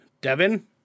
Devin